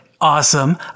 Awesome